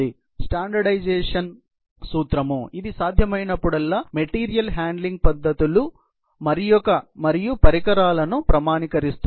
standardisation సూత్రం మళ్ళీ ఇది సాధ్యమైనప్పుడల్లా మెటీరియల్ హ్యాండ్లింగ్ పద్ధతులు మరియు పరికరాలను ప్రామాణీకరిస్తుంది